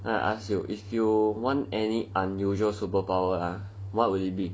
I ask you if you want any unusual superpower lah what would it be